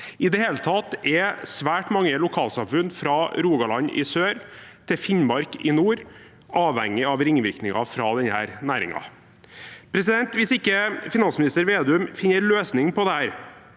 I det hele tatt er svært mange lokalsamfunn, fra Rogaland i sør til Finnmark i nord, avhengig av ringvirkninger fra denne næringen. Hvis ikke finansminister Vedum finner løsninger på dette,